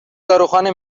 داروخانه